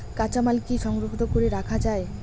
কাঁচামাল কি সংরক্ষিত করি রাখা যায়?